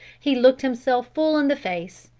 he looked himself full in the face,